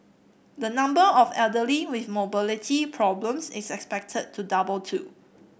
the number of elderly with mobility problems is expected to double too